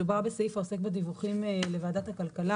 מדובר בסעיף העוסק בדיווחים לוועדת הכלכלה